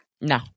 No